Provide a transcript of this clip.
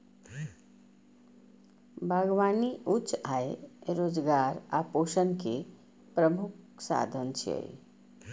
बागबानी उच्च आय, रोजगार आ पोषण के प्रमुख साधन छियै